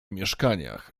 mieszkaniach